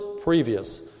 previous